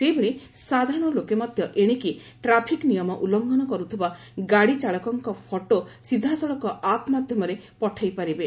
ସେହିଭଳି ସାଧାରଣ ଲୋକେ ମଧ୍ଧ ଏଶିକି ଟ୍ରାଫିକ ନିୟମ ଉଲ୍ଲଘନ କରୁଥିବା ଗାଡି ଚାଳକଙ୍କ ଫଟୋ ସିଧାସଳଖ ଆପ୍ ମାଧ୍ଧମରେ ପଠାଇପାରିବେ